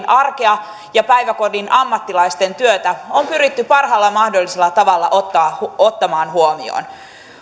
arkea ja päiväkodin ammattilaisten työtä on pyritty parhaalla mahdollisella tavalla ottamaan huomioon